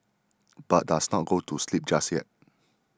but does not go to sleep just yet